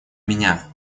меня